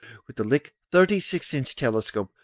with the lick thirty-six inch telescope,